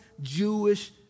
Jewish